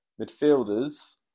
Midfielders